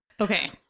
okay